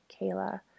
Kayla